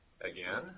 Again